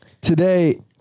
Today